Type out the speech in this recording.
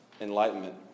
enlightenment